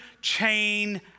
chain